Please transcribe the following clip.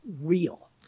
real